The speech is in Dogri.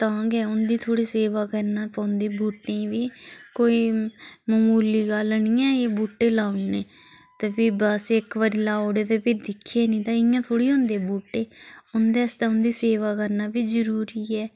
तां गै उं'दी थोह्ड़ी सेवा करना पौंदी बूह्टें बी कोई ममूली गल्ल नी ऐ कि बूह्टे लाउने ते फ्ही बस इक बारी लाउड़े ते फ्ही दिक्खे नी ते इ'यां थोह्ड़े होंदे बूह्टे उं'दे आस्तै उं'दी सेवा करना बी जरूरी ऐ